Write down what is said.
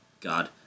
God